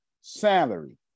salary